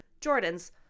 jordans